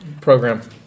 program